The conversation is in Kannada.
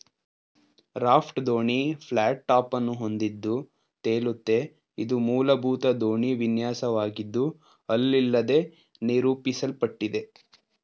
ರಾಫ್ಟ್ ದೋಣಿ ಫ್ಲಾಟ್ ಟಾಪನ್ನು ಹೊಂದಿದ್ದು ತೇಲುತ್ತೆ ಇದು ಮೂಲಭೂತ ದೋಣಿ ವಿನ್ಯಾಸವಾಗಿದ್ದು ಹಲ್ ಇಲ್ಲದೇ ನಿರೂಪಿಸಲ್ಪಟ್ಟಿದೆ